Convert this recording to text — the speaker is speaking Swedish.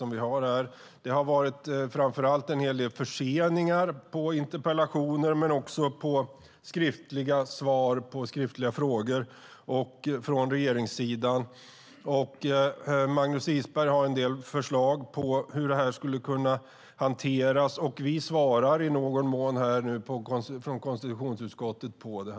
Det har framför allt varit en hel del försenade svar på interpellationer och skriftliga svar på skriftliga frågor från regeringssidan. Magnus Isberg har lagt fram en del förslag på hur detta skulle kunna hanteras. Konstitutionsutskottet svarar i någon mån på dem.